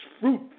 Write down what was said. fruit